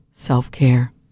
self-care